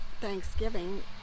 Thanksgiving